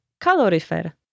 calorifer